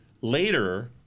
later